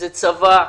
זה צבא,